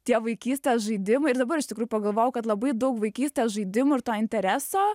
tie vaikystės žaidimai ir dabar iš tikrųjų pagalvojau kad labai daug vaikystės žaidimų ir to intereso